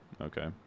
Okay